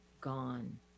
gone